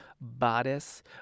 bodice